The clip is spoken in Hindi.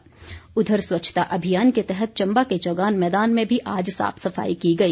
स्वच्छता उधर स्वच्छता अभियान के तहत चम्बा के चौगान मैदान में भी आज साफ सफाई की गई